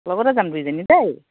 লগতে যাম দুইজনী দেই